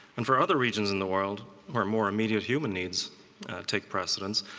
and for other regions in the world where more immediate human needs take precedence,